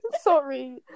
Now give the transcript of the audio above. sorry